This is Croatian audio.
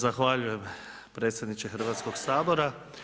Zahvaljujem predsjedniče Hrvatskog sabora.